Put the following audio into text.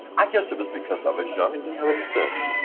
i guess it was because i was young and didn't have any sense